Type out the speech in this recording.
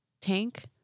tank